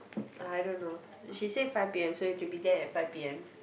I don't know she said five p_m so we have to be there at five p_m